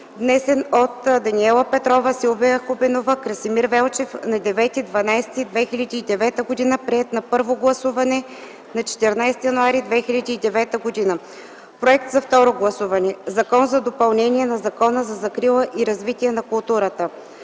внесен от Даниела Петрова, Силвия Хубенова и Красимир Велчев на 9.12.2009 г., приет на първо гласуване на 14 януари 2010 г., проект за второ гласуване.” „Закон за допълнение на Закона за закрила и развитие на културата”.